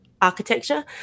architecture